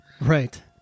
Right